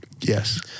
yes